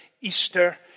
Easter